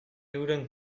euren